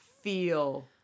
feel